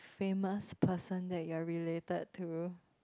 famous person that you are related to